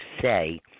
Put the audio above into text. say